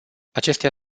acestea